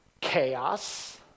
chaos